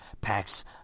packs